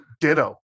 ditto